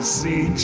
see